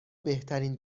بهترین